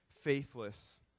faithless